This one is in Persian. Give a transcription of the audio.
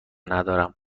ندارم